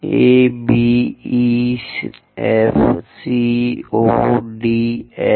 A B E F C O D H G